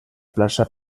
plaça